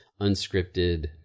unscripted